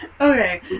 Okay